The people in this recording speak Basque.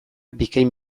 bikain